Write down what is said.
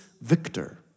victor